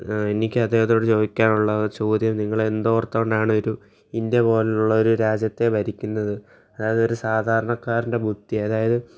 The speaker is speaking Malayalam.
എനിക്ക് അദ്ദേഹത്തോട് ചോദിക്കാൻ ഉള്ള ചോദ്യം നിങ്ങൾ എന്ത് ഓർത്ത് കൊണ്ടാണ് ഒരു ഇന്ത്യ പോലുള്ള ഒരു രാജ്യത്തെ ഭരിക്കുന്നത് അതായത് ഒരു സാധാരക്കാരന്റെ ബുദ്ധി അതായത്